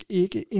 ikke